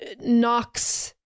knocks